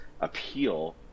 appeal